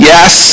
Yes